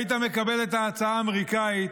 היית מקבל את ההצעה האמריקאית,